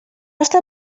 està